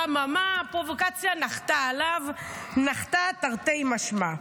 אממה, הפרובוקציה נחתה עליו, נחתה תרתי משמע.